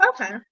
Okay